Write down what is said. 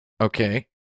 okay